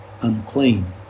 unclean